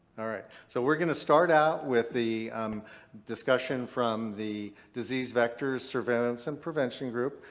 alright. so we're going to start out with the discussion from the disease vector, surveillance, and prevention group.